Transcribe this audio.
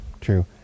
true